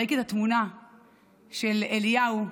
ראיתי את התמונה של אליהו,